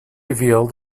revealed